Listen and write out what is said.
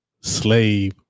slave